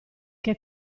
che